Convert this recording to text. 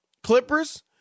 Clippers